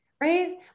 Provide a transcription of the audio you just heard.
Right